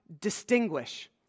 distinguish